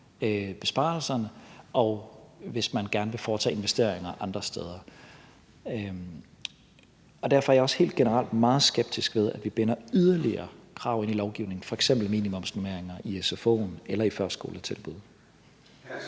budget, hvis man gerne vil foretage investeringer andre steder. Derfor er jeg også helt generelt meget skeptisk ved, at vi binder yderligere krav ind i lovgivningen, f.eks. minimumsnormeringer i sfo'en eller førskoletibud.